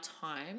time